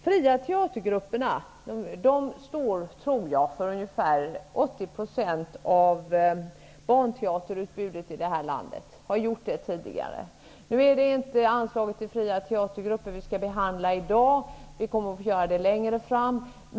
Fria teatergrupperna stod tidigare för ca 80 % av barnteaterutbudet i det här landet. Nu är det inte anslaget till fria teatergrupper som vi skall behandla i dag -- det kommer vi att göra längre fram.